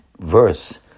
verse